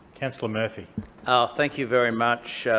councillor murphy ah thank you very much,